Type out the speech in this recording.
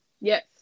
yes